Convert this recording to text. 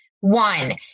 one